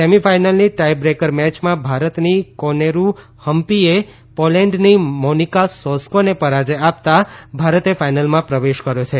semi ફાઇનલની tie breaker મેચમાં ભારતની કોનેરૂ હમ્પીએ પોલેન્ડની મોનીકા સોસ્કોને પરાજય આપતા ભારતે ફાઇનલમાં પ્રવેશ કર્યો છે